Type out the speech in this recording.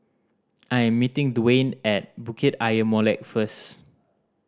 I am meeting Dwaine at Bukit Ayer Molek first